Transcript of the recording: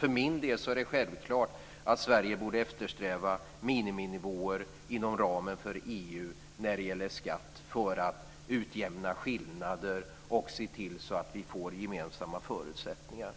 För min del är det självklart att Sverige borde eftersträva miniminivåer inom ramen för EU när det gäller skatt för att utjämna skillnader och se till att vi får gemensamma förutsättningar.